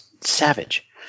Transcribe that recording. savage